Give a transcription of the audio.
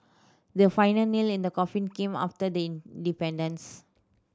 the final nail in the coffin came after the independence